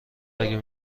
اگر